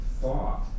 thought